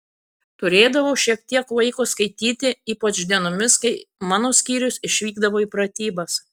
turėdavau šiek tiek laiko skaityti ypač dienomis kai mano skyrius išvykdavo į pratybas